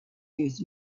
use